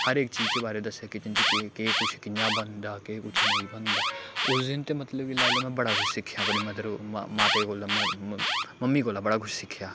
हर इक चीज दे बारे दस्सेआ किचन च केह् कुछ कि'यां बनदा केह् कुछ नेईं बनदा उस दिन ते मतलब कि लाई लैओ में बड़ा कुछ सिक्खेआ अपनी मदर माते कोला मम्मी कोला बड़ा कुछ सिक्खेआ